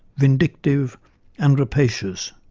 vindictive and rapacious.